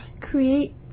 create